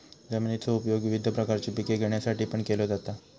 जमिनीचो उपयोग विविध प्रकारची पिके घेण्यासाठीपण केलो जाता